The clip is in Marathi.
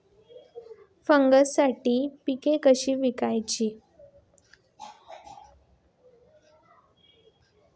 फायद्यासाठी पिके कशी विकायची?